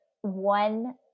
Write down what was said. one